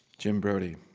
jim brodey